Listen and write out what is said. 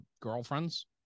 girlfriends